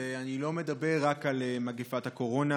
ואני לא מדבר רק על מגפת הקורונה,